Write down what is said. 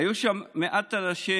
היו שם מעט אנשים.